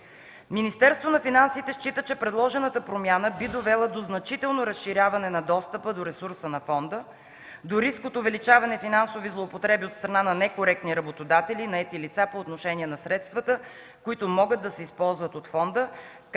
Министерството на финансите счита, че предложената промяна би довела до значително разширяване на достъпа до ресурса на фонда, до риск от увеличаване на финансови злоупотреби от страна на некоректни работодатели и наети лица по отношение на средствата, които могат да се използват от фонда,